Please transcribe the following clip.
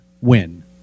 win